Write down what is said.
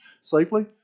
safely